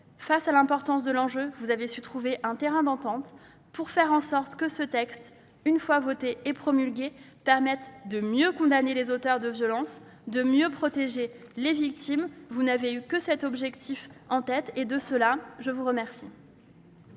Face à l'importance de l'enjeu, vous avez su trouver un terrain d'entente pour faire en sorte que le présent projet de loi, une fois adopté et promulgué, permette de mieux condamner les auteurs de violences et de mieux protéger les victimes. Vous n'avez eu que cet objectif en tête, et de cela je vous en sais